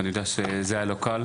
אני יודע שזה היה לא קל,